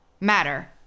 matter